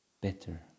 better